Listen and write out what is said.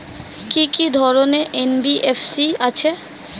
কি কি ধরনের এন.বি.এফ.সি আছে?